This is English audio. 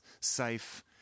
safe